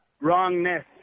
wrongness